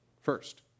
First